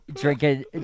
Drinking